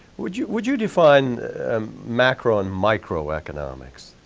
would you would you define macro and microeconomics?